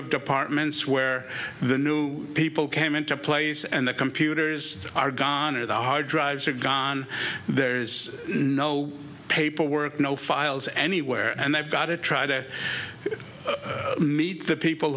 of departments where the new people came into place and the computers are gone or the hard drives are gone there's no paperwork no files anywhere and they've got to try to meet the people